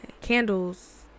Candles